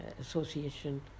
association